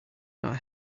not